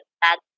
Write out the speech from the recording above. bad